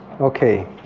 Okay